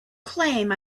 claim